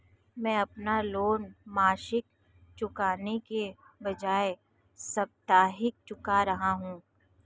मैं अपना लोन मासिक चुकाने के बजाए साप्ताहिक चुका रहा हूँ